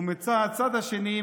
ומהצד השני,